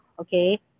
okay